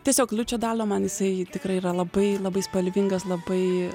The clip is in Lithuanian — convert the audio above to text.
tiesiog liučio dalia man jisai tikrai yra labai labai spalvingas labai